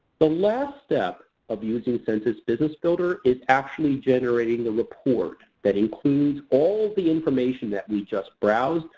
the last step of using census business builder is actually generating the report that includes all of the information that we just browsed,